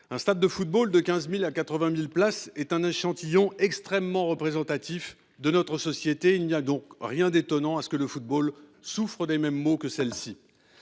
Un stade de football de 15 000 à 80 000 places est un échantillon extrêmement représentatif de notre société ; il n’y a donc rien d’étonnant à ce que le football souffre des mêmes maux que celle ci.